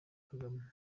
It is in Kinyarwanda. kagame